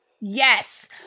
Yes